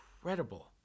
incredible